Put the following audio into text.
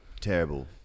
terrible